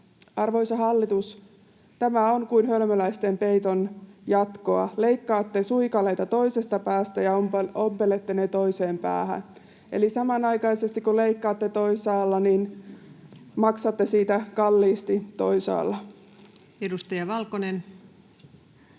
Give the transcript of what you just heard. Arvoisa hallitus, tämä on kuin hölmöläisten peiton jatkoa. Leikkaatte suikaleita toisesta päästä ja ompelette ne toiseen päähän. Eli samanaikaisesti kun leikkaatte toisaalla, maksatte siitä kalliisti toisaalla. Edustaja Valkonen.